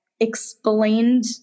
explained